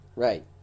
Right